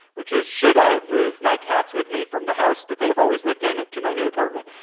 which is should i have moved my cats with me from the house that they have always lived in to my new apartment.